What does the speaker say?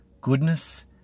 goodness